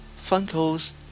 Funko's